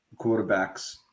quarterbacks